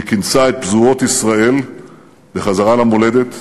היא כינסה את פזורות ישראל בחזרה למולדת,